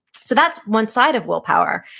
so that's one side of willpower.